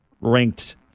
ranked